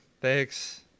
thanks